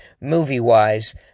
movie-wise